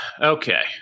Okay